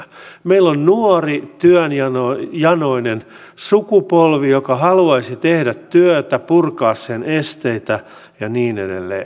meillä on nuori työnjanoinen sukupolvi joka haluaisi tehdä työtä purkaa sen esteitä ja niin edelleen